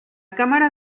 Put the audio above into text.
cámara